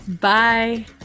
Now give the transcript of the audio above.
Bye